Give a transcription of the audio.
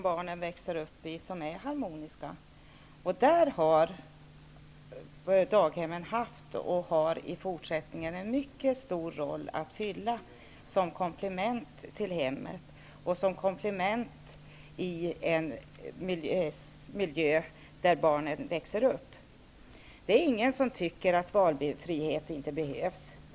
Herr talman! Jag vill säga att alla hemmiljöer som barn växer upp i inte är harmoniska. För dessa barn har daghemmen och kommer att ha en mycket stor roll att spela som komplement till hemmet. Det är ingen som tycker att valfrihet inte behövs.